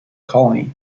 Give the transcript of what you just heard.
colony